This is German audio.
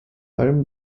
allem